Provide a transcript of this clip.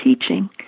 teaching